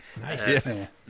Nice